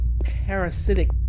parasitic